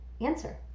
answer